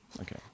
Okay